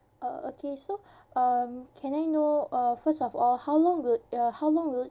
uh okay so um can I know uh first of all how long would uh how long will it